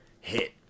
hit